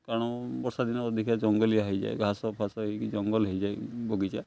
କାରଣ ବର୍ଷା ଦିନେ ଅଧିକା ଜଙ୍ଗଲିଆ ହୋଇଯାଏ ଘାସ ଫାସ ହୋଇକି ଜଙ୍ଗଲ ହୋଇଯାଏ ବଗିଚା